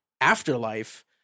afterlife